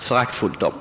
föraktfullt om.